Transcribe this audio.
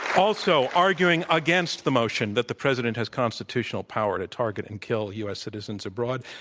also arguing against the motion that the president has constitutional power to target and kill u. s. citizens abroad.